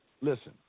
Listen